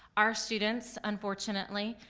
our students, unfortunately,